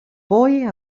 poi